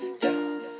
down